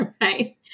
right